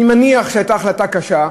אני מניח שהייתה החלטה קשה,